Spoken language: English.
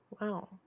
Wow